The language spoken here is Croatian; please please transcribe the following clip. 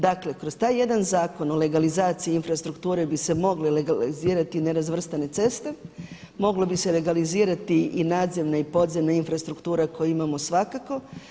Dakle kroz jedan zakon o legalizaciji infrastrukture bi se mogle legalizirati nerazvrstane ceste, mogle bi se legalizirati i nadzemne i podzemna infrastruktura koju imamo svakako.